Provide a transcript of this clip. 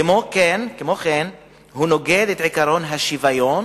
כמו כן, הוא נוגד את עקרון השוויון